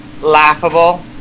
laughable